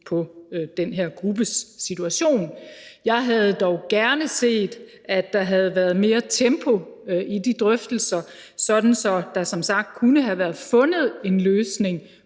på den her gruppes situation. Jeg havde dog gerne set, at der havde været mere tempo i de drøftelser, sådan så der som sagt kunne have været fundet en løsning